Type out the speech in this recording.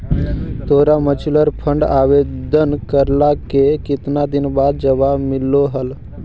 तोरा mutual fund आवेदन करला के केतना दिन बाद जवाब मिललो हल?